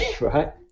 right